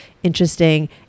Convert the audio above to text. interesting